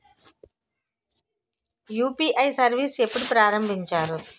UPI service ఎప్పుడు ప్రారంభించారు?